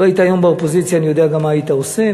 לו היית היום באופוזיציה אני יודע גם מה היית עושה,